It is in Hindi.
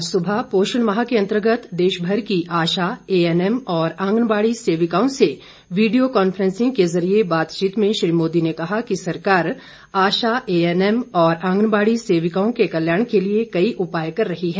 आज सवेरे पोषण माह के अंतर्गत देशभर की आशा ए एन एम और आंगनवाड़ी सेविकाओं से वीडियो कांफ्रेंसिंग के जरिये बातचीत में श्री मोदी ने कहा कि सरकार आशा ए एन एम और आंगनवाड़ी सेविकाओं के कल्याण के लिए कई उपाय कर रही है